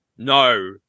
No